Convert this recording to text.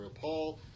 Paul